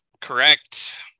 Correct